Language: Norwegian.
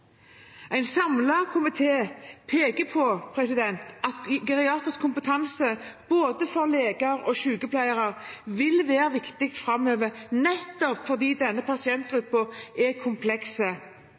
både for leger og for sykepleiere vil være viktig framover nettopp fordi denne